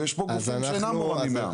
ויש פה גופים שאינם מורמים מהעם.